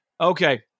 okay